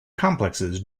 complexes